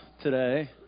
today